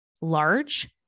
large